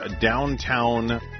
Downtown